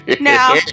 Now